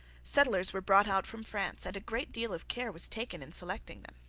settlers were brought out from france, and a great deal of care was taken in selecting them.